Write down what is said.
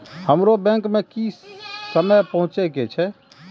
हमरो बैंक में की समय पहुँचे के छै?